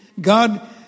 God